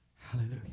Hallelujah